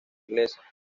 inglesa